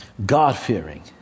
God-fearing